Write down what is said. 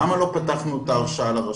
למה לא פתחנו את ההרשאה לרשויות?